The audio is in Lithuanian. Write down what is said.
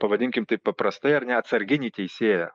pavadinkim taip paprastai ar ne atsarginį teisėją